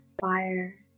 fire